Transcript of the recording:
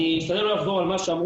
אני אשתדל לא לחזור על מה שאמרו,